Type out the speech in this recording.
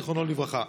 זיכרונו לברכה.